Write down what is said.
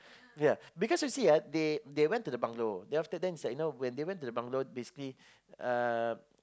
yeah because you see ah they they went to the bungalow then after is like you know when they went to the bungalow basically uh